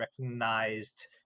recognized